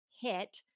hit